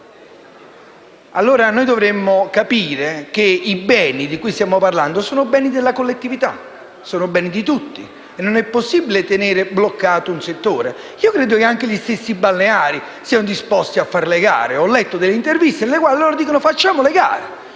eredità. Dovremmo capire che i beni di cui stiamo parlando sono della collettività, sono beni di tutti, e non è possibile tenere bloccato un settore. Credo che gli stessi imprenditori balneari siano disposti a fare le gare. Ho letto delle interviste nelle quali costoro dicono di volerle fare.